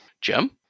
Jim